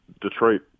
Detroit